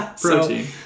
Protein